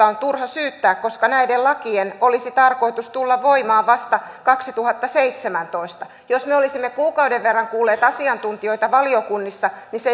on turha syyttää koska näiden lakien olisi tarkoitus tulla voimaan vasta kaksituhattaseitsemäntoista jos me olisimme kuukauden verran kuulleet asiantuntijoita valiokunnissa se